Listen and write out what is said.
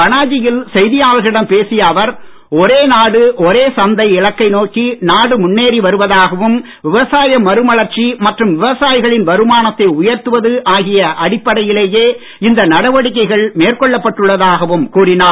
பனாஜியில் செய்தியாளர்களிடம் பேசிய அவர் ஒரே நாடு ஒரே சந்தை இலக்கை நோக்கி நாடு முன்னேறி வருவதாகவும் விவசாய மறுமலர்ச்சி மற்றும் விவசாயிகளின் வருமானத்தை உயர்த்துவது ஆகிய அடிப்படையிலேயே பட்டுள்ளதாகவும் கூறினார்